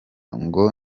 ngo